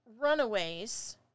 runaways